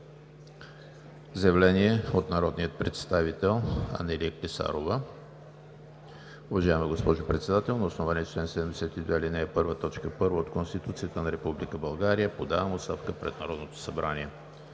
Заявление от народния представител Денчо Бояджиев: „Уважаема госпожо Председател, на основание чл. 72, ал. 1, т. 1 от Конституцията на Република България подавам оставка пред Народното събрание.“